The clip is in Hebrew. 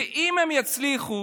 ואם הם יצליחו,